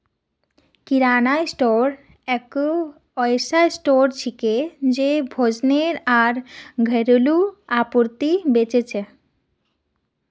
किराना store एक ऐसा store छिके जे भोजन आर घरेलू आपूर्ति बेच छेक